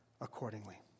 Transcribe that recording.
accordingly